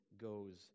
goes